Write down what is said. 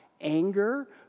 anger